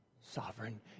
sovereign